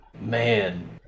man